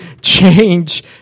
change